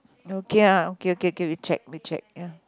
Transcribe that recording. okay lah okay okay okay we check we check ya